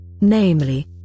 namely